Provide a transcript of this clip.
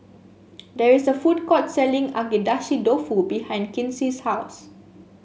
there is a food court selling Agedashi Dofu behind Kinsey's house